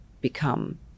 become